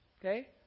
Okay